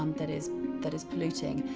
um, that is that is polluting.